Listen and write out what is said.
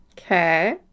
Okay